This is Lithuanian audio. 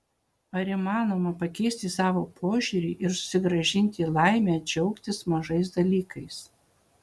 ar įmanoma pakeisti savo požiūrį ir susigrąžinti laimę džiaugtis mažais dalykais